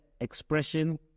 expression